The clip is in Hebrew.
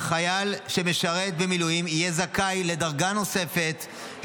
חייל שמשרת במילואים יהיה זכאי לדרגה נוספת,